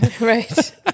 Right